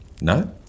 No